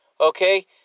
Okay